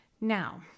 Now